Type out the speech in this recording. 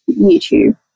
YouTube